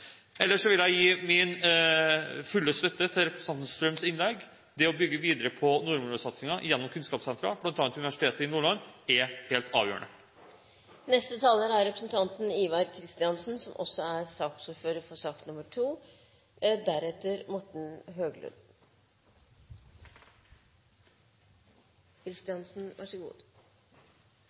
Ellers vil jeg gi min fulle støtte til representanten Strøms innlegg. Det å bygge videre på nordområdesatsingen gjennom kunnskapssenter, bl.a. Universitetet i Nordland, er helt avgjørende. Det har vært en ganske interessant og god debatt, etter min oppfatning. Det er